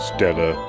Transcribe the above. Stella